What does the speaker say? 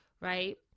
right